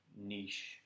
niche